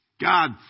God